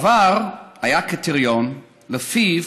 בעבר היה קריטריון שלפיו